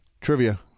Trivia